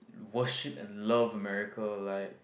worship and love America like